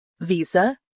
Visa